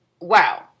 Wow